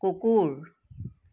কুকুৰ